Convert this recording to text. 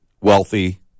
wealthy